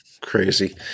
Crazy